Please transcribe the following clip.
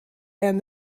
and